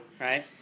right